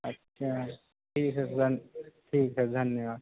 अच्छा ठीक है तो धन ठीक है धन्यवाद